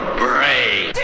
brain